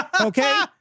okay